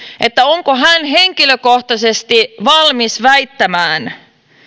onko hän henkilökohtaisesti valmis väittämään